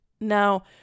now